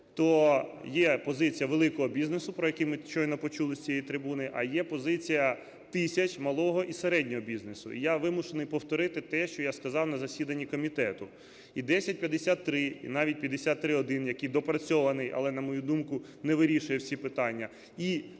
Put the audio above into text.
то є позиція великого бізнесу, про який ми щойно почули з цієї трибуни, а є позиція тисяч малого і середнього бізнесу, і я вимушений повторити те, що я сказав на засіданні комітету. І 1053, і навіть 53-1, який доопрацьований, але, на мою думку, не вирішує всі питання.